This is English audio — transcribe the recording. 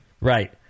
Right